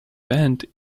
band